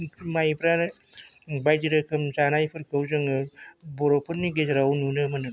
माइब्रा बायदि रोखोम जानायफोरखौ जोङो बर'फोरनि गेजेराव नुनो मोनो